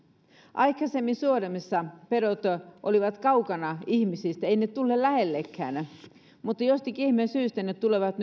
aikaisemmin suomessa pedot olivat kaukana ihmisistä eivät ne tulleet lähellekään mutta jostakin ihmeen syystä ne ne tulevat